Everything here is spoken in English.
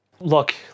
Look